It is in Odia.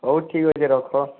ହଉ ଠିକ୍ ଅଛି ରଖ